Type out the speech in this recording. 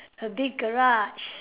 a big garage